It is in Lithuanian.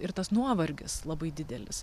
ir tas nuovargis labai didelis